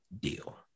deal